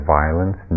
violence